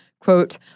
Quote